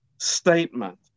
statement